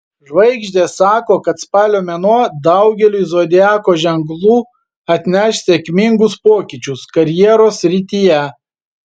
žvaigždės sako kad spalio mėnuo daugeliui zodiako ženklų atneš sėkmingus pokyčius karjeros srityje